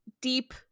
deep